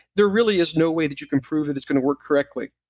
there really is no way that you can prove that it's going to work correctly.